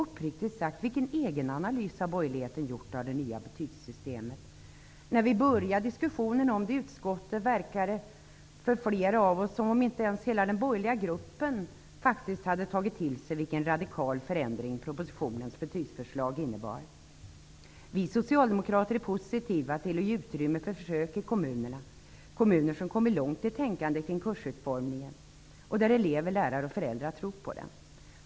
Vilken egen analys har borgerligheten uppriktigt sagt gjort av det nya betygssystemet? När vi inledde diskussionen om systemet i utskottet tyckte flera av oss socialdemokrater att det verkade som om inte ens hela den borgerliga gruppen hade tagit till sig vilken radikal förändring propositionens betygsförslag innebär. Vi socialdemokrater är positiva till att ge utrymme för försök i kommuner som kommit långt i tänkande kring kursutformningen och där elever, lärare och föräldrar tror på den.